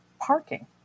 parking